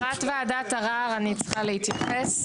כחברת וועדת ערר אני אשמח להתייחס.